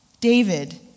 David